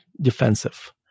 defensive